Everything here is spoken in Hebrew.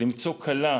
למצוא כלה